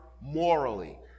morally